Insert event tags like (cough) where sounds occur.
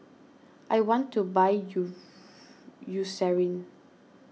I want to buy you (unintelligible) Eucerin